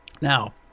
Now